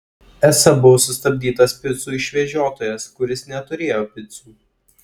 esą buvo sustabdytas picų išvežiotojas kuris neturėjo picų